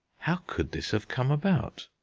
how could this have come about?